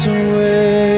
away